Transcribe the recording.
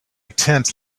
tent